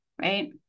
right